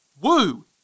Woo